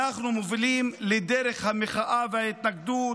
אנחנו מובילים לדרך המחאה וההתנגדות,